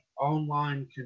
online